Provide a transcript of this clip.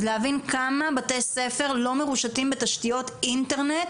אז להבין כמה בתי ספר לא מרושתים בתשתיות אינטרנט